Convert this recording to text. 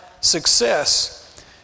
success